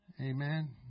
Amen